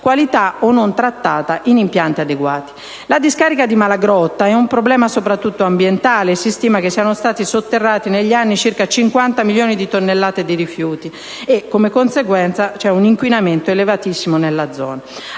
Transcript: qualità o non trattata in impianti adeguati. La discarica di Malagrotta è un problema soprattutto ambientale: si stima che negli anni siano stati sotterrati circa 50 milioni di tonnellate di rifiuti e, come conseguenza, c'è un inquinamento elevatissimo nella zona.